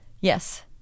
Yes